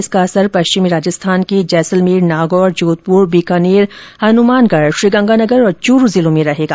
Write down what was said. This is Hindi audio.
इसका असर पश्चिमी राजस्थान के जैसलमेर नागौर जोधप्र बीकानेर हनुमानगढ़ श्रीगंगानगर और चूरू जिलों में रहेगा